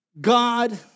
God